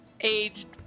aged